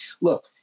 Look